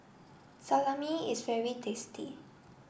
salami is very tasty